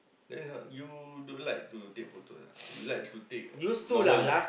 then is what you don't like to take photos ah you like to take normal ah